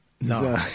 no